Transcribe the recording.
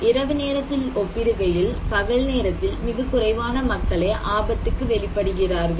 இரவு நேரத்தில் ஒப்பிடுகையில் பகல் நேரத்தில் மிகக் குறைவான மக்களே ஆபத்துக்கு வெளிப்படுகிறார்கள்